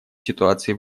ситуации